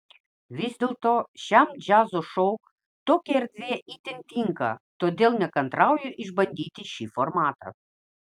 vis dėlto šiam džiazo šou tokia erdvė itin tinka todėl nekantrauju išbandyti šį formatą